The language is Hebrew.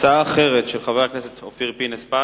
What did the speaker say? הצעה אחרת, של חבר הכנסת אופיר פינס-פז,